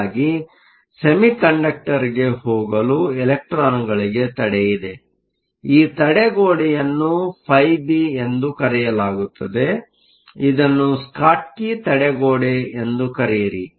ಹೀಗಾಗಿ ಸೆಮಿಕಂಡಕ್ಟರ್ಗೆ ಹೋಗಲು ಇಲೆಕ್ಟ್ರಾನ್ಗಳಿಗೆ ತಡೆ ಇದೆ ಈ ತಡೆಗೋಡೆಯನ್ನು φb ಎಂದು ಕರೆಯಲಾಗುತ್ತದೆ ಇದನ್ನು ಸ್ಕಾಟ್ಕಿ ತಡೆಗೋಡೆ ಎಂದು ಕರೆಯಿರಿ